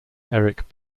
eric